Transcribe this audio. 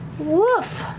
woof!